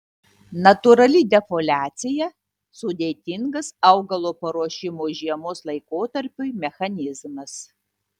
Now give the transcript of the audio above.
natūrali defoliacija sudėtingas augalo paruošimo žiemos laikotarpiui mechanizmas